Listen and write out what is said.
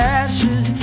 ashes